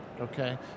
Okay